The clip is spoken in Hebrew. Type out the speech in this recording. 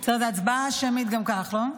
זו הצבעה שמית גם כך, לא?